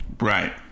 Right